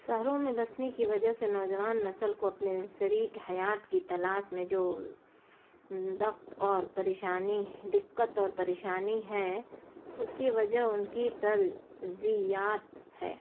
شہروں میں بسنے کی وجہ سے نوجوان نسل کو اپنے شریک حیات کی تلاش میں جو دک اور پریشانی دقت اور پریشانی ہے اس کی وجہ ان کی ترجیہات ہے